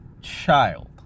child